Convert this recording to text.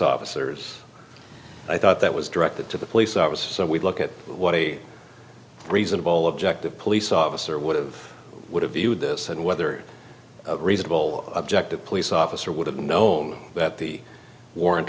officers i thought that was directed to the police i was so we'd look at what a reasonable objective police officer would have would have viewed this and whether a reasonable objective police officer would have known that the war